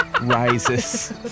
rises